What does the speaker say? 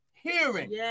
Hearing